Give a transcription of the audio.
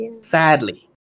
sadly